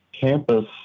campus